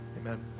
Amen